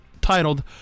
titled